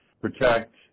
protect